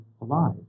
alive